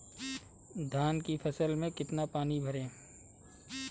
धान की फसल में कितना पानी भरें?